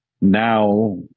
Now